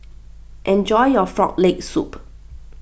enjoy your Frog Leg Soup